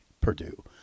Purdue